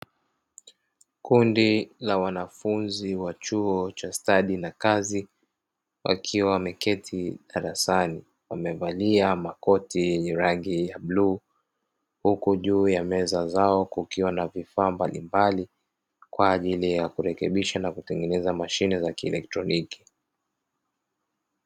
Kundi la wanafunzi wa chuo cha stadi na kazi wakiwa wameketi darasani. Wamevalia makoti yenye rangi ya bluu, huku juu ya meza zao kukiwa na vifaa mbalimbali kwa ajili ya kurekebisha na kutengeneza mashine za kieletroniki.